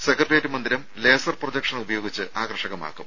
secretariat മന്ദിരം laser projection ഉപയോഗിച്ച് ആകർഷകമാക്കും